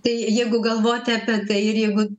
tai jeigu galvoti apie tai ir jeigu